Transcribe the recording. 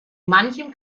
manchem